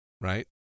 right